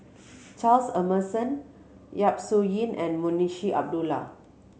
Charles Emmerson Yap Su Yin and Munshi Abdullah